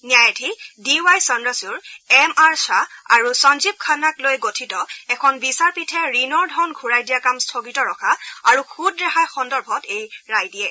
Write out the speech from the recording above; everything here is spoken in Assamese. ন্যায়াধীশ D Y Chandrachud M R Shah আৰু সঞ্জীৱ খান্নাক লৈ গঠিত এখন বিচাৰপীঠে ঋণৰ ধন ঘূৰাই দিয়া কাম স্বগিত ৰখা আৰু সূদ ৰেহাই সন্দৰ্ভত এই ৰায় দিয়ে